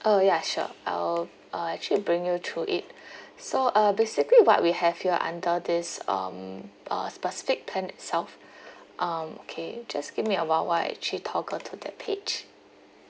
oh ya sure I will uh actually bring you through it so uh basically what we have here under this um uh specific plan itself um okay just give me a while while I actually toggle to that page